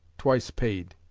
twice paid.